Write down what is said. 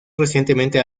recientemente